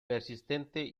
persistente